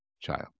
child